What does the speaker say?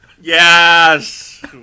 Yes